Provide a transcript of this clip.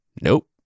Nope